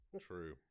True